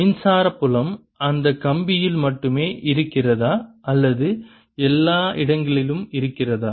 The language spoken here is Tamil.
A மின்சார புலம் அந்த கம்பியில் மட்டுமே இருக்கிறதா அல்லது எல்லா இடங்களிலும் இருக்கிறதா